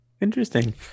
interesting